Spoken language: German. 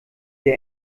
der